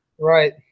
Right